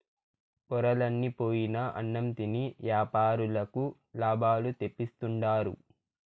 పొరలన్ని పోయిన అన్నం తిని యాపారులకు లాభాలు తెప్పిస్తుండారు